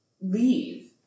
leave